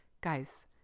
guys